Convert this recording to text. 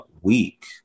week